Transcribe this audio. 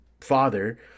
father